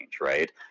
right